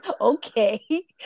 okay